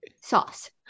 Sauce